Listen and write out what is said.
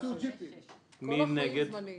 מי נגד?